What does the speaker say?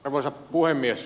arvoisa puhemies